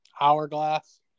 hourglass